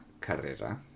Carrera